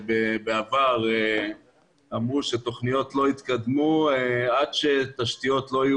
בעבר אמרו שתכניות לא התקדמו עד שתשתיות לא יהיו